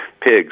pigs